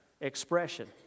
expression